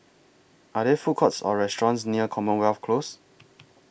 Are There Food Courts Or restaurants near Commonwealth Close